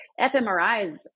fMRIs